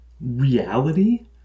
Reality